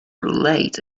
relate